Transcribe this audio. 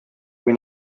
kui